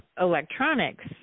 electronics